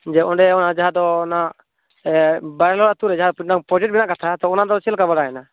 ᱡᱮ ᱚᱸᱰᱮ ᱚᱱᱟ ᱡᱟᱦᱟᱸ ᱫᱚ ᱚᱱᱟ ᱮᱫ ᱵᱟᱭᱱᱟ ᱟᱛᱳ ᱨᱮ ᱡᱟᱦᱟᱸ ᱢᱤᱫᱴᱟᱝ ᱯᱨᱚᱡᱮᱠᱴ ᱵᱮᱱᱟᱜ ᱠᱟᱛᱷᱟ ᱛᱚ ᱚᱱᱟ ᱫᱚ ᱪᱮᱫ ᱞᱮᱠᱟ ᱵᱟᱲᱟᱭᱮᱱᱟ